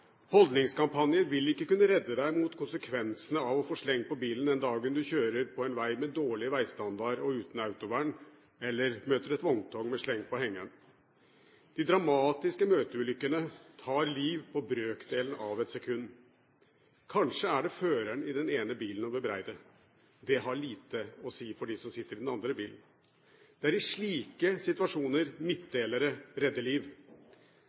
Holdningskampanjer vil ikke kunne redde deg mot konsekvensene av å få sleng på bilen den dagen du kjører på en veg med dårlig vegstandard og uten autovern, eller møter et vogntog med sleng på hengeren. De dramatiske møteulykkene tar liv på brøkdelen av et sekund. Kanskje er føreren i den ene bilen å bebreide. Det har lite å si for dem som sitter i den andre bilen. Det er i slike situasjoner at midtdelere redder liv.